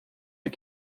die